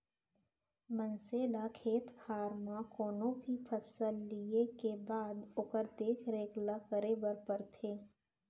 मनसे ल खेत खार म कोनो भी फसल लिये के बाद ओकर देख रेख ल करे बर परथे